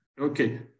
Okay